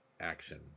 action